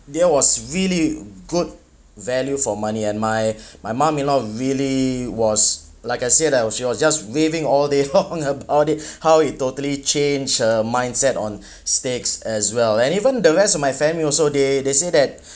that was really good value for money and my my mum you know really was like I said I was yours just waving all day long about it how it totally change her mindset on steaks as well and even the rest of my family also they they say that